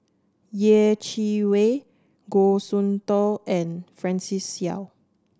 Yeh Chi Wei Goh Soon Tioe and Francis Seow